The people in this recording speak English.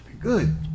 good